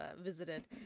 visited